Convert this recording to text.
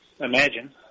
imagine